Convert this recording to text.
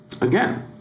Again